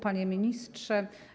Panie Ministrze!